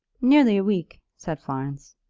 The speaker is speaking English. nearly a week, said florence.